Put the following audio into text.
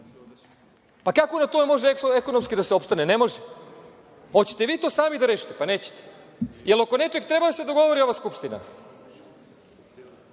Pa, kako na tome može ekonomski da se opstane? Ne može. Hoćete vi to sami da rešite? Pa, nećete. Jel oko nečeg treba da se dogovori ova Skupština?